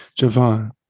Javon